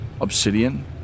obsidian